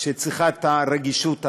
שצריכה את הרגישות הזאת,